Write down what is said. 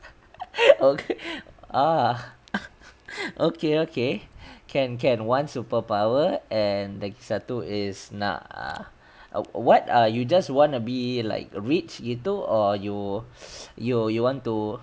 oh ah okay okay can can one superpower and lagi satu is nak what you just wanna be like rich begitu or you you you you want to